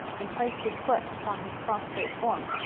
and placed his foot upon his prostrate form.